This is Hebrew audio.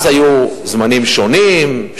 אז היו זמנים שונים,